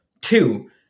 two